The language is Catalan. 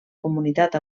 comunitat